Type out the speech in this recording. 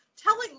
telling